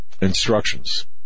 instructions